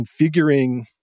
configuring